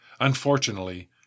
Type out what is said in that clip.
Unfortunately